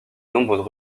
nombreuses